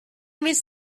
means